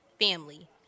family